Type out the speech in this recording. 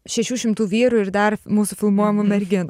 šešių šimtų vyrų ir dar mūsų filmuojamų merginų